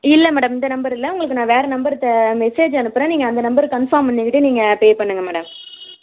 இல்லை மேடம் இந்த நம்பர் இல்லை உங்களுக்கு நான் வேறு நம்பர் த மெசேஜ் அனுப்புகிறேன் நீங்கள் அந்த நம்பருக்கு கன்ஃபார்ம் பண்ணிக்கிட்டு நீங்கள் பே பண்ணுங்கள் மேடம்